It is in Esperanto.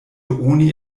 oni